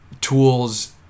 tools